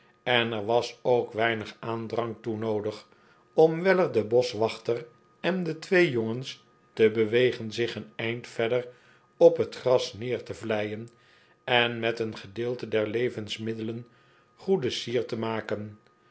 en er was ook weinig aandrang toe noodig om weller den boschwachter en de twee jongens te bewegen zich een eind verder op het gras neer te vleien en met een gedeelte der levensmiddelen goede sier te maken